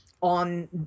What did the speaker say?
on